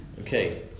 Okay